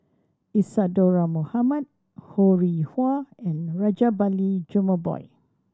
Isadhora Mohamed Ho Rih Hwa and Rajabali Jumabhoy